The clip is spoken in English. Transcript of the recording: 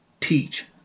teach